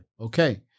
Okay